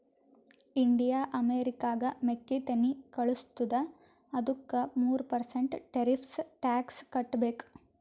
India ಅಮೆರಿಕಾಗ್ ಮೆಕ್ಕಿತೆನ್ನಿ ಕಳುಸತ್ತುದ ಅದ್ದುಕ ಮೂರ ಪರ್ಸೆಂಟ್ ಟೆರಿಫ್ಸ್ ಟ್ಯಾಕ್ಸ್ ಕಟ್ಟಬೇಕ್